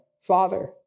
Father